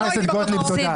חברת הכנסת גוטליב, תודה.